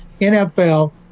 NFL